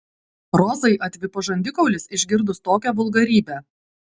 rozai atvipo žandikaulis išgirdus tokią vulgarybę